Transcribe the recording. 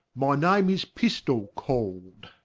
my name is pistol call'd.